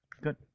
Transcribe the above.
Good